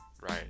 Right